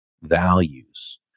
values